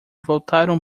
voltaram